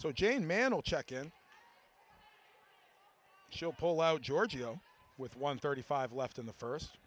so jane mandel check in she'll pull out giorgio with one thirty five left in the first